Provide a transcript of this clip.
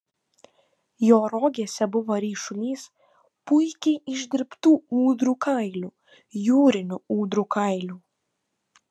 jo rogėse buvo ryšulys puikiai išdirbtų ūdrų kailių jūrinių ūdrų kailių